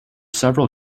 several